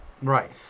Right